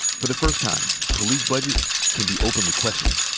for the first time, police budgets can be openly questioned.